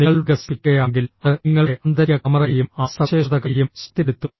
നിങ്ങൾ വികസിപ്പിക്കുകയാണെങ്കിൽ അത് നിങ്ങളുടെ ആന്തരിക കാമറയെയും ആ സവിശേഷതകളെയും ശക്തിപ്പെടുത്തും